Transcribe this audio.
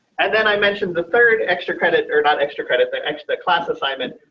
and then i mentioned the third extra credit or not extra credit the extra class assignment,